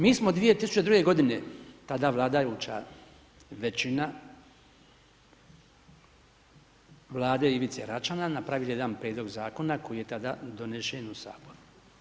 Mi smo 2002. godine, tada vladajuća većina Vlade Ivice Račana, napravili jedan Prijedlog Zakona koji je tada donesen u Saboru.